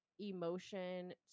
emotion